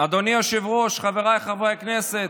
אדוני היושב-ראש, חבריי חברי הכנסת,